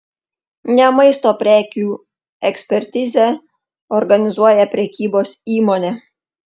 ne maisto prekių ekspertizę organizuoja prekybos įmonė